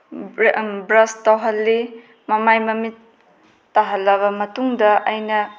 brush ꯇꯧꯍꯜꯂꯤ ꯃꯃꯥꯏ ꯃꯃꯤꯠ ꯇꯥꯍꯜꯂꯕ ꯃꯇꯨꯡꯗ ꯑꯩꯅ